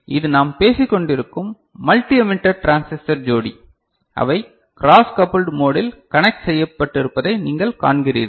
எனவே இது நாம் பேசிக்கொண்டிருக்கும் மல்டி எமிட்டர் டிரான்சிஸ்டர் ஜோடி அவை க்ராஸ் கபுல்ட் மோடில் கனக்ட் செய்யப்பட்டிருப்பதை நீங்கள் காண்கிறீர்கள்